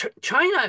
china